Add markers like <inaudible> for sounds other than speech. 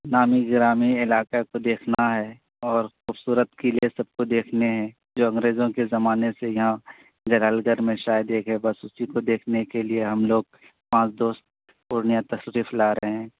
نامی غرامی علاقے کو دیکھنا ہے اور خوبصورت کلعے سب کو دیکھنے ہیں جو انگریزوں کے زمانے سے یہاں <unintelligible> شاید ایک ہے بس اسی کو دیکھنے کے لیے ہم لوگ پانچ دوست پورنیہ تشریف لا رہے ہیں